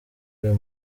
uyu